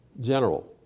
general